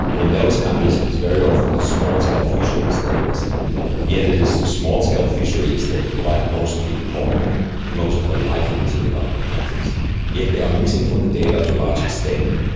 and in those countries it is very often the small-scale fisheries that are missing and yet it is small-scale fisheries that provide most of the employment and most of the livelihoods in developing countries yet they're missing from the data to a large extent.